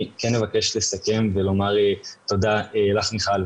אני כן אבקש לסכם ולומר לך תודה מיכל,